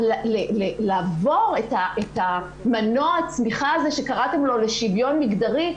לעבור את מנוע הצמיחה הזה שקראתם לו לשוויון מגדרי,